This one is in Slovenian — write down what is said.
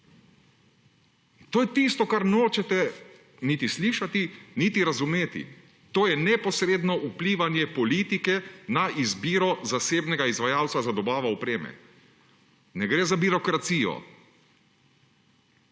To je tisto, česar nočete niti slišati niti razumeti. To je neposredno vplivanje politike na izbiro zasebnega izvajalca za dobavo opreme. Ne gre za birokracijo,